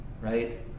right